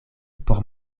por